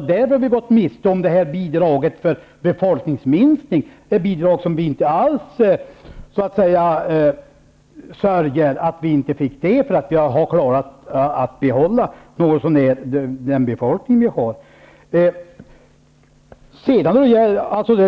Därför har vi gått miste om bidraget för befolkningsminskning. Vi sörjer inte alls att vi inte fick det bidraget, då vi har kunnat behålla befolkningen något så när.